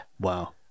Wow